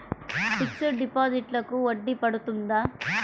Fixed డిపాజిట్లకు వడ్డీ పడుతుందా?